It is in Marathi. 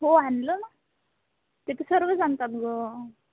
हो आणलं ना ते तर सर्वच आणतात गं